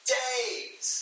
days